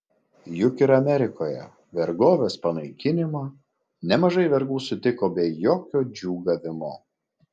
juk ir amerikoje vergovės panaikinimą nemažai vergų sutiko be jokio džiūgavimo